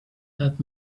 that